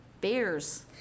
Bears